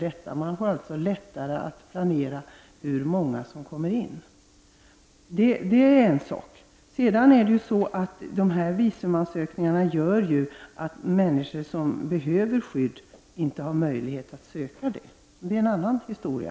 Det är alltså lättare att beräkna hur många som kommer in. De här visumansökningarna gör ju dessutom att människor som behöver skydd inte har möjlighet att söka detta skydd. Det är en annan historia.